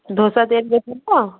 ଦୋସା ତିଆରି କରୁଛନ୍ତି ତ